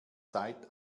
zeit